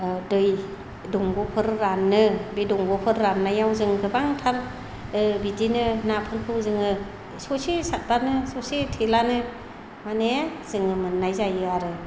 दै दंग'फोर रानो बे दंग'फोर राननायाव जों गोबांथार बिदिनो नाफोरखौ जोङो ससे साथब्लानो ससे थेलानो माने जोङो मोननाय जायो आरो